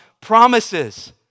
promises